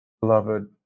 Beloved